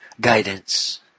Guidance